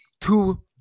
Two